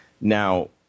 Now